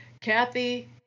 Kathy